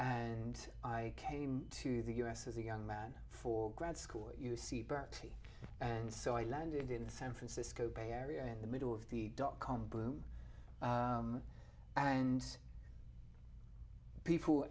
and i came to the u s as a young man for grad school at u c berkeley and so i landed in the san francisco bay area in the middle of the dotcom boom and people